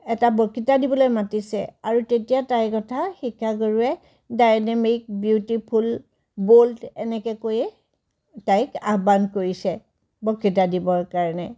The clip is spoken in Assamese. এটা বক্তৃতা দিবলৈ মাতিছে আৰু তেতিয়া তাইৰ কথা শিক্ষাগুৰুয়ে ডায়নামিক বিউটিফুল ব'ল্ড এনেকৈ কৈয়ে তাইক আহ্বান কৰিছে বক্তৃতা দিবৰ কাৰণে